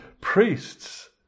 priests